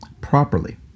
properly